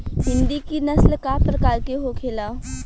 हिंदी की नस्ल का प्रकार के होखे ला?